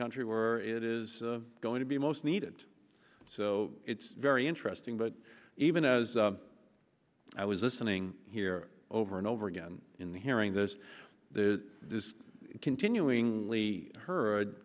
country where it is going to be most needed so it's very interesting but even as i was listening here over and over again in the hearing those continuing lee heard